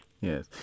Yes